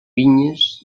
vinyes